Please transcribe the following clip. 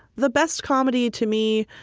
the best comedy, to me,